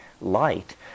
light